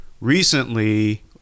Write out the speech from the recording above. recently